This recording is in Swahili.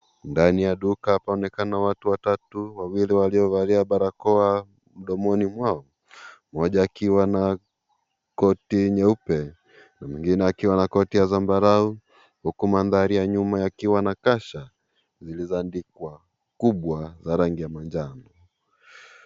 Ndani ya duka paoneka watu watatu, Wawili walio valia barakoa mdomoni mwao. Mmoja akiwa na koti nyeupe mwingine akiwa na koti ya Zambrano huku mandhari ya nyuma yakiwa na kasha zilitandikwa kubwa ya rangi ya manjano.